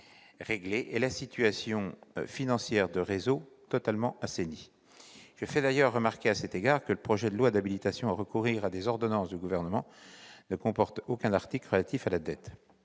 et la situation financière de SNCF Réseau assainie. Je fais d'ailleurs remarquer à cet égard que le projet de loi d'habilitation à recourir à des ordonnances du Gouvernement ne comporte aucun article relatif à la dette.